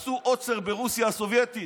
יום אחד עשו עוצר ברוסיה הסובייטית.